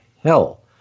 hell